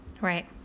Right